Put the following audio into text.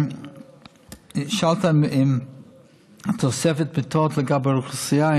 שאלת אם תוספת המיטות לעומת האוכלוסייה,